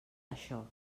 això